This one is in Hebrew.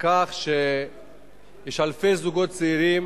יש אלפי זוגות צעירים